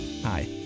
Hi